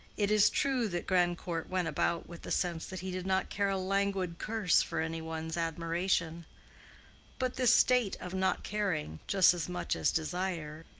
it is true that grandcourt went about with the sense that he did not care a languid curse for any one's admiration but this state of not-caring, just as much as desire,